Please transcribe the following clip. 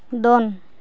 ᱫᱚᱱ